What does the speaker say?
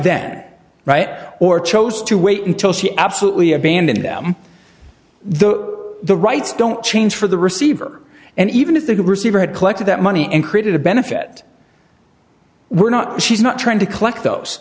then write or chose to wait until she absolutely abandon them though the rights don't change for the receiver and even if they're good receiver had collect of that money in created a benefit we're not she's not trying to collect those